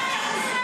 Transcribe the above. יא בושה.